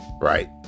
right